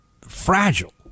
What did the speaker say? fragile